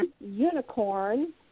unicorn